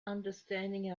understanding